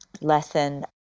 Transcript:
lesson